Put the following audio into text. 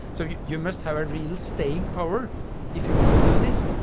so you you must have real staying power if you want to do this.